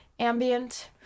ambient